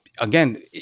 Again